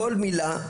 כל מילה,